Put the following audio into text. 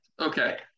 Okay